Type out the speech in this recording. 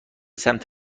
سمت